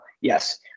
yes